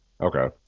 Okay